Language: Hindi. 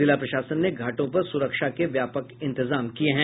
जिला प्रशासन ने घाटों पर सुरक्षा के व्यापक इंतजाम किये हैं